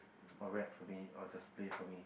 or rap for me or just play for me